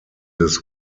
this